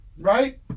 right